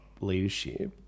leadership